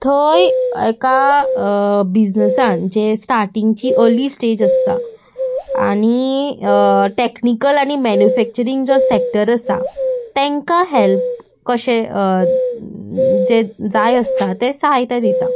थंय एका बिजनसान जे स्टार्टिंगची अर्ली स्टेज आसता आनी टॅक्निकल आनी मॅन्युफॅक्चरींग जो सॅक्टर आसा तांकां हॅल्प कशें जें जाय आसता ते सहायता दिता